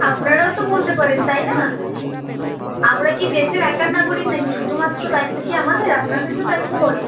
আপনারাও তো বলতে পারেন তাই না আমরা কি দেশের একার নাগরিক না কি শুধুমাত্র দায়িত্ব কি আমাদের আপনাদেরও তো দায়িত্ব পড়ে